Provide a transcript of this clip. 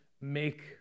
make